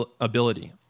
ability